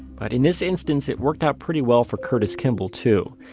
but in this instance, it worked out pretty well for curtis kimball, too.